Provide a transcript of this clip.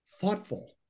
thoughtful